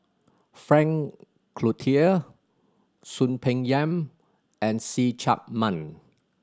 Frank Cloutier Soon Peng Yam and See Chak Mun